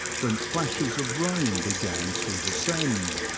when plashes of rain began to descend,